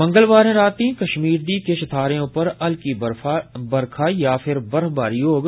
मंगलवारें राती कश्मीर दी किश थाहरें उप्पर हल्की बरखा यां फ्ही बर्फवारी होग